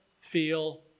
feel